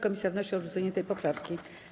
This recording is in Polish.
Komisja wnosi o odrzucenie tej poprawki.